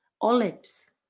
olives